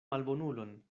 malbonulon